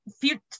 future